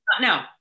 no